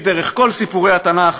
דרך כל סיפורי התנ"ך